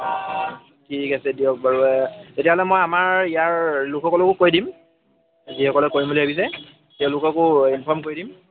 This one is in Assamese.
ঠিক আছে দিয়ক বাৰু তেতিয়াহ'লে মই আমাৰ ইয়াৰ লোকসকলকো কৈ দিম যিসকলে কৰিম বুলি ভাবিছে তেওঁলোককো ইনফৰ্ম কৰি দিম